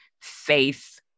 faith